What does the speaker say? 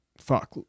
Fuck